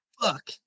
fuck